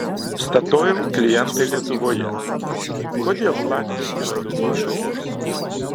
statoil klientai lietuvoje kodėl latviai pila daugiau kavos